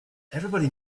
everybody